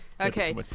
Okay